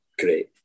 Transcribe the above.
great